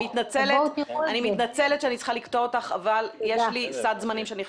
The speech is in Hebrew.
אני מתנצלת שאני צריכה לקטוע אותך אבל יש לי סד זמנים.